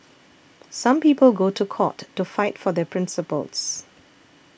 some people go to court to fight for their principles